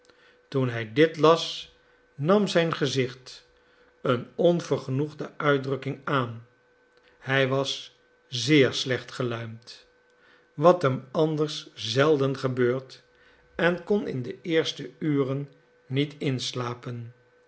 toen hij dit las nam zijn gezicht een onvergenoegde uitdrukking aan hij was zeer slecht geluimd wat hem anders zelden gebeurde en kon in de eerste uren niet inslapen